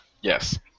Yes